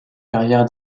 carrière